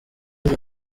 yari